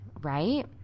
right